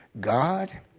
God